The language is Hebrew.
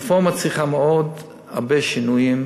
הרפורמה צריכה הרבה מאוד שינויים,